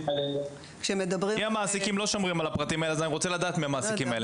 אם המעסיקים לא שומרים על הפרטים אני רוצה לדעת מי המעסיקים האלה.